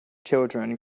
children